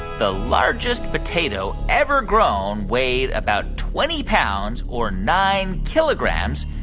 the largest potato ever grown weighed about twenty pounds or nine kilograms,